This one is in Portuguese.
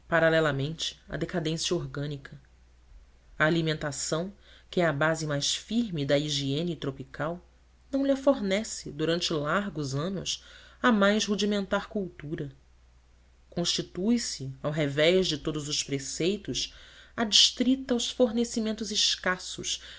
paralelamente a decadência orgânica a alimentação que é a base mais firme da higiene tropical não lha fornece durante largos anos a mais rudimentar cultura constitui se ao revés de todos os preceitos adstrita aos fornecimentos escassos